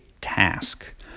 task